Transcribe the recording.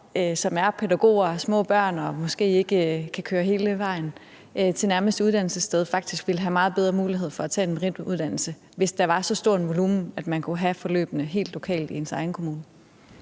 som er pædagoger og har små børn og måske ikke kan køre hele vejen til det nærmeste uddannelsessted, vil have meget bedre mulighed for at tage en merituddannelse – altså hvis der var så stort et volumen, at man kunne have forløbene helt lokalt i ens egen kommune.